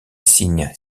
signe